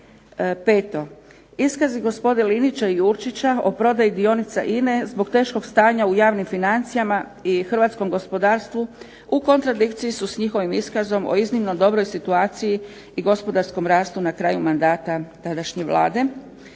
iskazi gospode Linića i Jurčića o prodaji dionica INA-e zbog teškog stanja u javnim financijama i hrvatskom gospodarstvu u kontradikciji su sa njihovim iskazom o iznimno dobroj situaciji i gospodarskom rastu na kraju mandata tadašnje Vlade.